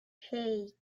hey